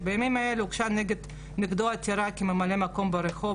טרם העתיק את מגוריו.